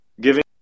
giving